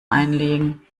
einlegen